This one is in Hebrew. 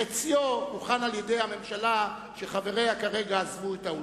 חציו הוכן על-ידי הממשלה שחבריה עזבו כרגע את האולם,